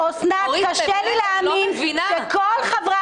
יש נבחרי ציבור --- קשה לי להאמין שכל חברי